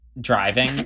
driving